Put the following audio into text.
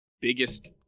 biggest